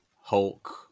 Hulk